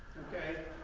okay?